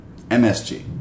MSG